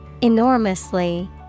Enormously